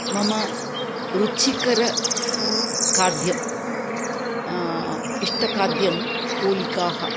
मम रुचिकरखाद्यम् इष्टखाद्यं पोलिकाः